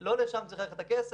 לא לשם צריך ללכת הכסף,